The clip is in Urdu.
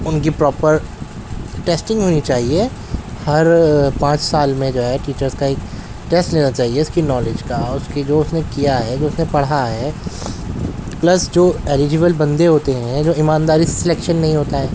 ان کی پراپر ٹیسٹنگ ہونی چاہئے ہر پانچ سال میں جو ہے ٹیچرس کا ایک ٹیسٹ لینا چاہئے اس کی نالج کا اور اس کی جو اس نے کیا ہے جو اس نے پڑھا ہے پلس جو ایلیجیبل بندے ہوتے ہیں جو ایمانداری سلیکشن نہیں ہوتا ہے